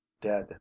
dead